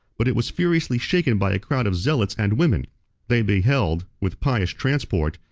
but it was furiously shaken by a crowd of zealots and women they beheld, with pious transport,